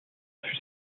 fut